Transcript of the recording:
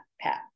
Pat